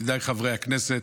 ידידיי חברי הכנסת,